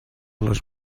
les